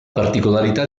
particolarità